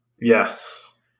Yes